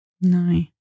No